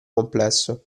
complesso